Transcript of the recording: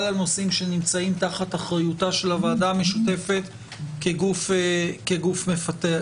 הנושאים שנמצאים תחת אחריותה של הוועדה המשותפת כגוף מפקח.